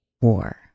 war